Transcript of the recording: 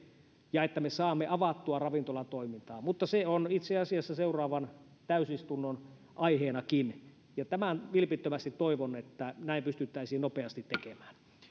ja että me saamme avattua ravintolatoimintaa se on itse asiassa seuraavan täysistunnon aiheenakin ja vilpittömästi toivon että näin pystyttäisiin nopeasti tekemään